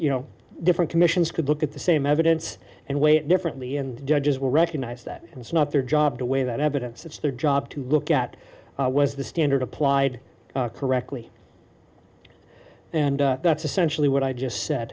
you know different commissions could look at the same evidence and weigh it differently and judges will recognize that it's not their job to weigh that evidence it's their job to look at was the standard applied correctly and that's essentially what i just said